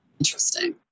Interesting